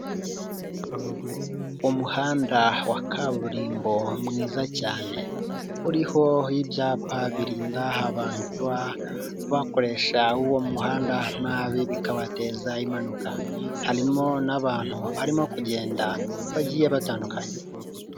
Umuhanda wa kaburimbo mwiza cyane. Uriho ibyapa birinda abantu kuba bakoresha uwo muhanda nabi bikabateza impanuka. Harimo n'abantu barimo kugenda bagiye batandukanye.